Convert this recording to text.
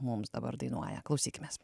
mums dabar dainuoja klausykimės